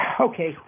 okay